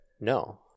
No